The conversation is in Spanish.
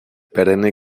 perenne